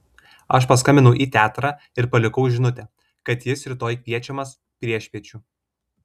aš paskambinau į teatrą ir palikau žinutę kad jis rytoj kviečiamas priešpiečių